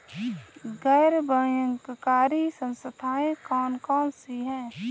गैर बैंककारी संस्थाएँ कौन कौन सी हैं?